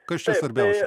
kas čia svarbiausia